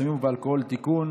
בסמים ובאלכוהול (תיקון),